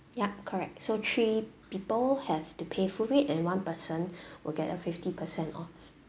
yup correct so three people have to pay full rate and one person will get a fifty percent off